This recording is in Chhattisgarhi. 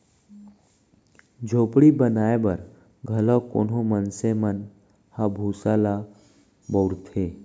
झोपड़ी बनाए बर घलौ कोनो मनसे मन ह भूसा ल बउरथे